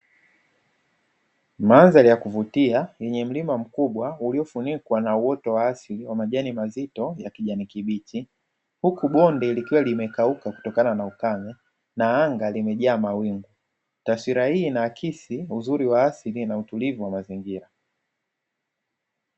Mandhari ya kuvutia yenye mlima mkubwa uliofunikwa na uoto wa asili wa majani mazito ya kijani kibichi, huku bonde likiwa limekauka kutokana na ukame na anga limejaa mawingu tutafurahia na akisi uzuri wa asili na utulivu wa mazingira.